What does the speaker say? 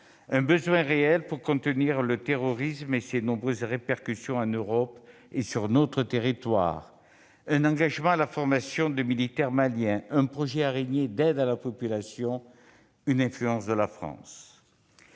un besoin réel pour contenir le terrorisme et ses nombreuses répercussions en Europe et sur notre territoire, un engagement à la formation de militaires maliens, un projet « araignée » d'aide à la population, une influence de la France.